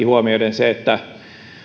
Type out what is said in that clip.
huomioiden sen että